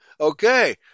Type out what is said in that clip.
okay